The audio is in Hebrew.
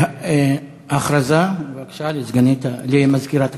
הכרזה למזכירת הכנסת.